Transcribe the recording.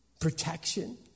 protection